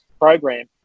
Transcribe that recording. program